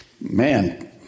man